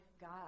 God